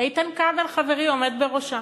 איתן כבל חברי עומד בראשה.